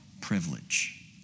privilege